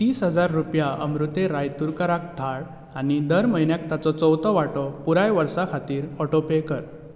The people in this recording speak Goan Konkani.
तीस हजार रुपया अमृतें रायतुरकाराक धाड आनी दर म्हयन्याक ताचो चवथो वांटो पुराय वर्सा खातीर ऑटोपे कर